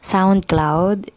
SoundCloud